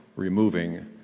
removing